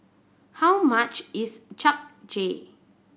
how much is Japchae